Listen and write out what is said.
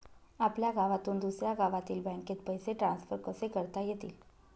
आपल्या गावातून दुसऱ्या गावातील बँकेत पैसे ट्रान्सफर कसे करता येतील?